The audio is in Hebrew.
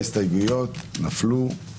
הצבעה בעד, 1 נגד, 2 נמנעים,